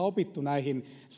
oppineet näihin